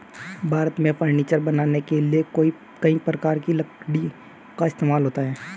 भारत में फर्नीचर बनाने के लिए कई प्रकार की लकड़ी का इस्तेमाल होता है